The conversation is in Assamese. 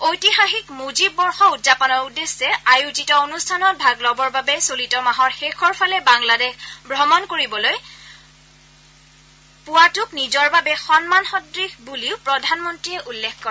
ঐতিহাসিক মুজিব বৰ্ষ উদযাপনৰ উদ্দেশ্যে আয়োজিত অনুষ্ঠানত ভাগ লবৰ বাবে চলিত মাহৰ শেষৰ ফালে বাংলাদেশ ভ্ৰমণ কৰিবলৈ পোৱাটোক নিজৰ বাবে সন্মানসদৃশ বুলিও প্ৰধানমন্ত্ৰীয়ে উল্লেখ কৰে